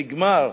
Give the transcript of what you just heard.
נגמר.